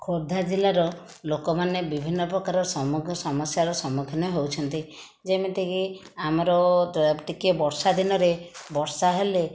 ଖୋର୍ଦ୍ଧା ଜିଲ୍ଲାର ଲୋକମାନେ ବିଭିନ୍ନ ପ୍ରକାର ସମଗ୍ର ସମସ୍ୟାର ସମ୍ମୁଖୀନ ହେଉଛନ୍ତି ଯେମିତି କି ଆମର ଟିକିଏ ବର୍ଷା ଦିନରେ ବର୍ଷା ହେଲେ